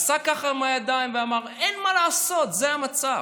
עשה ככה עם הידיים ואמר: אין מה לעשות, זה המצב.